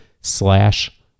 slash